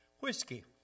Whiskey